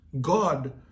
God